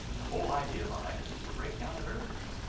the whole idea behind it is to break down the barriers,